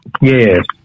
Yes